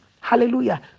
Hallelujah